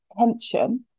attention